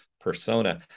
persona